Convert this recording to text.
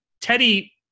Teddy